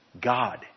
God